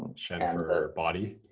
shen for body?